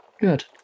Good